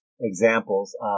examples